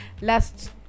last